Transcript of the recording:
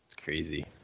crazy